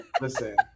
Listen